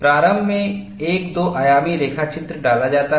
प्रारंभ में एक दो आयामी रेखा चित्र डाला जाता है